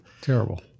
Terrible